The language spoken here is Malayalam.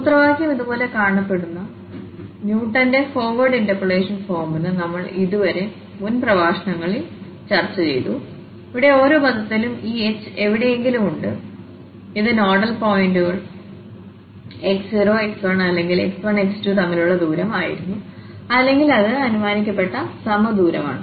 സൂത്രവാക്യം ഇതുപോലെ കാണപ്പെടുന്ന ന്യൂട്ടന്റെ ഫോർവേഡ് ഇന്റർപോളേഷൻ ഫോർമുല നമ്മൾ ഇതുവരെ മുൻ പ്രഭാഷണങ്ങളിൽ ചർച്ചചെയ്തു ഇവിടെ ഓരോ പദത്തിലും ഈ h എവിടെയെങ്കിലും ഉണ്ട് ഇത് നോഡൽ പോയിന്റുകൾ x0 x1 അല്ലെങ്കിൽ x1 x2തമ്മിലുള്ള ദൂരം ആയിരുന്നുഅല്ലെങ്കിൽഅത് അനുമാനിക്കപ്പെട്ട സമദൂരമാണ്